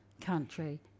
country